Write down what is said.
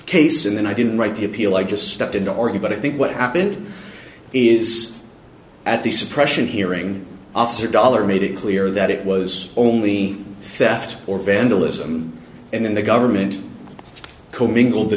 case and then i didn't write the appeal i just stepped in already but i think what happened is at the suppression hearing officer dollar made it clear that it was only theft or vandalism and then the government commingled the